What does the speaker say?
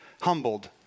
humbled